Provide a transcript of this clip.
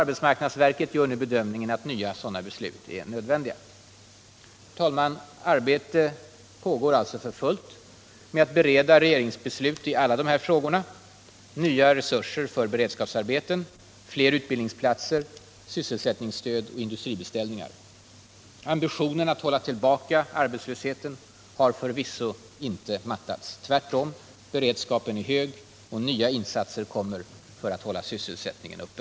Arbetsmarknadsverket gör nu bedömningen att nya sådana beslut är nödvändiga. Arbetet i departementet pågår för fullt med att bereda regeringsbeslut i alla dessa frågor: nya resurser för beredskapsarbeten, fler utbildningsplatser, sysselsättningsstöd och industribeställningar. Ambitionen att hålla tillbaka arbetslösheten har förvisso inte mattats. Tvärtom, beredskapen är hög och nya insatser kommer för att hålla sysselsättningen uppe.